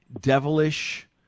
devilish